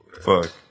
Fuck